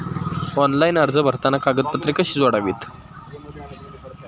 Online अर्ज भरताना कागदपत्रे कशी जोडावीत?